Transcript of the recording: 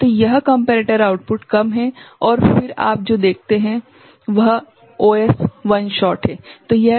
तो यह comparator output कम है और फिर आप जो देखते हैं वह ओएस वन शॉट है